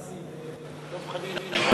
לא,